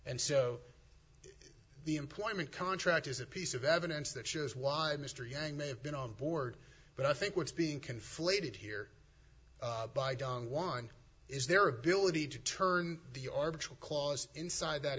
and so the employment contract is a piece of evidence that shows why mr yang may have been on board but i think what's being conflated here by don juan is their ability to turn the arbitron clause inside that